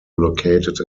located